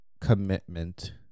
commitment